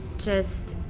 just